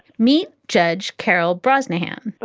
meat judge carol brosnahan.